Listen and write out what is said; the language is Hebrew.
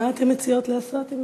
מה אתן מציעות לעשות?